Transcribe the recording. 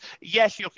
yes